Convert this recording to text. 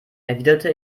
erwiderte